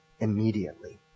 immediately